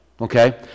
okay